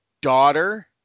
daughter